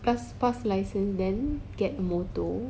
pass pass license then get motor